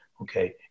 Okay